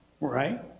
Right